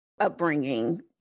upbringing